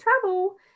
Travel